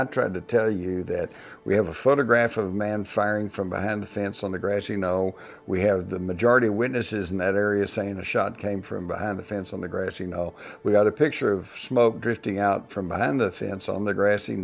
i tried to tell you that we have a photograph of a man firing from behind the fence on the grassy knoll we have the majority witnesses in that area saying a shot came from behind the fence on the grass you know we got a picture of smoke drifting out from behind the fence on the grass